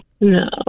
No